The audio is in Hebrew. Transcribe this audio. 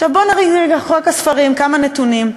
עכשיו, בוא נראה, חוק הספרים, כמה נתונים.